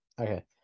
Okay